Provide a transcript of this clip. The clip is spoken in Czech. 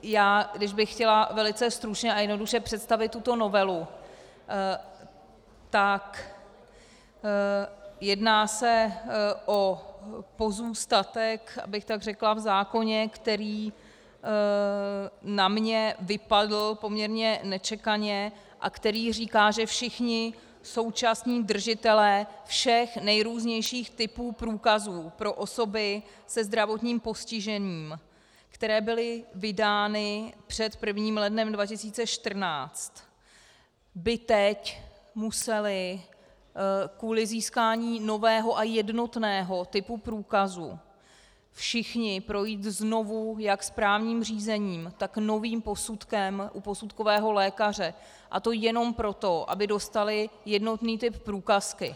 Já když bych chtěla velice stručně a jednoduše představit tuto novelu, tak jedná se o pozůstatek, abych tak řekla, v zákoně, který na mě vypadl poměrně nečekaně a který říká, že všichni současní držitelé všech nejrůznějších typů průkazů pro osoby se zdravotním postižením, které byly vydány před 1. lednem 2014, by teď musely kvůli získání nového a jednotného typu průkazu všichni projít znovu jak správním řízením, tak novým posudkem u posudkového lékaře, a to jenom proto, aby dostali jednotný typ průkazky.